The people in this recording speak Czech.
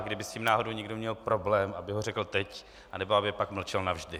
A kdyby s tím náhodou někdo měl problém, aby ho řekl teď, nebo aby pak mlčel navždy.